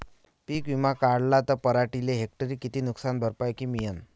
पीक विमा काढला त पराटीले हेक्टरी किती नुकसान भरपाई मिळीनं?